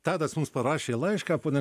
tadas mums parašė laišką pone